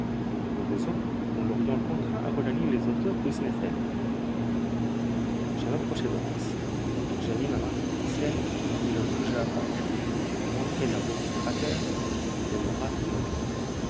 au besoin nous l'aurions contraint à regagner les hauteurs du sneffels je m'approchai de hans je mis ma main sur la sienne il ne bougea pas je lui montrai la route du cratère il demeura immobile